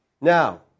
Now